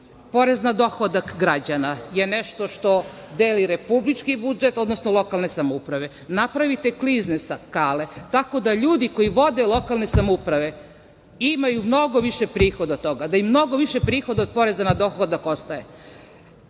Porez na dohodak građana je nešto što deli republički budžet, odnosno lokalne samouprave. Napravite klizne skale tako da ljudi koji vode lokalne samouprave imaju mnogo više prihoda od toga, da im mnogo više prihoda od poreza na dohodak ostaje. Način